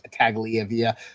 Tagliavia